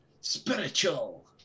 Spiritual